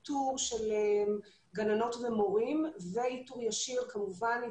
אנחנו מקצים את השירות באמצעות איתור של גננות ומורים ואיתור ישיר יכולת